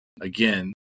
again